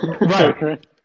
Right